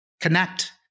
Connect